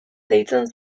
deitzen